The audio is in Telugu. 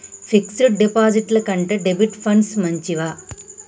ఫిక్స్ డ్ డిపాజిట్ల కంటే డెబిట్ ఫండ్స్ మంచివా?